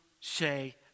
say